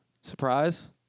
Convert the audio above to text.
surprise